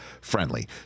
friendly